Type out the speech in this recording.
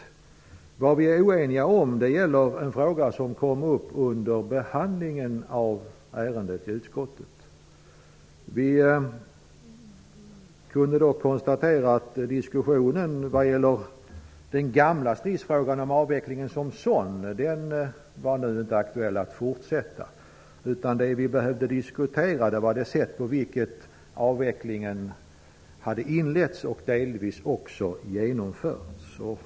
Vad vi är oeniga om är en fråga som kom upp under behandlingen av ärendet i utskottet. Vi kunde då konstatera att diskussionen vad gäller den gamla stridsfrågan om avvecklingen som sådan nu inte var aktuell att fortsätta. Det vi behövde diskutera var det sätt på vilket avvecklingen hade inletts och delvis också genomförts.